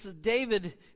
David